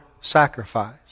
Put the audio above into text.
sacrifice